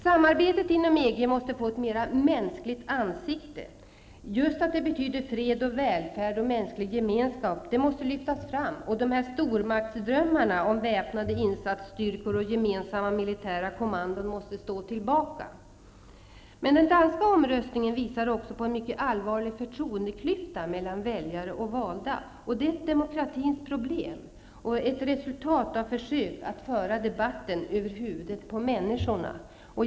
Samarbetet inom EG måste få ett mer mänskligt ansikte. Samarbetets betydelse för freden, välfärden och den mänskliga gemenskapen måste lyftas fram, och stormaktsdrömmarna om väpnade insatsstyrkor och gemensamma militära kommandon måste stå tillbaka. Omröstningen i Danmark visar också på en mycket allvarlig förtroendeklyfta mellan väljare och valda. Det är ett demokratins problem och ett resultat av försök att föra debatten över huvudet på människorna.